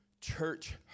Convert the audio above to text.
Church